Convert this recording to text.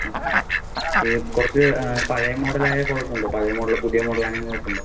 ആ ഓക്കേ കുറച്ച് പഴയ മോഡലായാൽ കുഴപ്പമുണ്ടോ പഴയ മോഡൽ പുതിയ മോഡലങ്ങനെ നോക്കുന്നുണ്ടോ